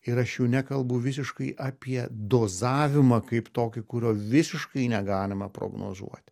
ir aš jau nekalbu visiškai apie dozavimą kaip tokį kurio visiškai negalima prognozuoti